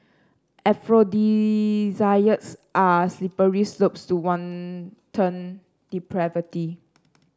aphrodisiacs are slippery slopes to wanton depravity